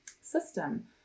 system